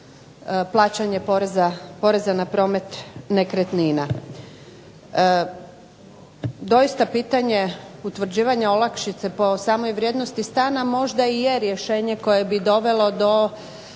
plaćanje poreza na promet nekretnina. Doista pitanje utvrđivanje olakšice po samoj vrijednosti stana možda i je rješenje koje bi dovelo do